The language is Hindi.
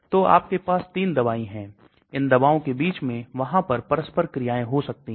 तो यह संपूर्ण दवा की कार्यशैली में और इसकी बायोअवेलेबिलिटी में महत्वपूर्ण योगदान देता है